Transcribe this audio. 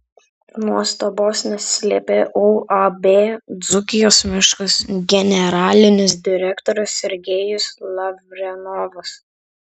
nuostabos neslėpė uab dzūkijos miškas generalinis direktorius sergejus lavrenovas